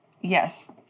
Yes